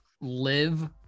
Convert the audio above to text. live